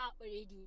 already